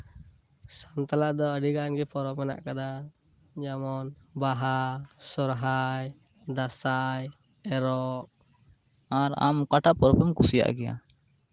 ᱥᱟᱱᱛᱟᱲᱟᱜ ᱫᱚ ᱟᱹᱰᱤ ᱜᱟᱱ ᱜᱮ ᱯᱚᱨᱚᱵᱽ ᱢᱮᱱᱟᱜ ᱟᱠᱟᱫᱟ ᱡᱮᱢᱚᱱ ᱵᱟᱦᱟ ᱥᱚᱦᱚᱨᱟᱭ ᱫᱟᱸᱥᱟᱭ ᱮᱨᱚᱜ ᱟᱨ ᱟᱢ ᱚᱠᱟᱴᱟᱜ ᱯᱚᱨᱚᱵ ᱮᱢ ᱠᱩᱥᱤᱭᱟᱜ ᱜᱮᱭᱟ